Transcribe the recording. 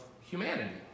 humanity